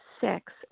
Six